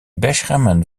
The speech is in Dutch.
beschermen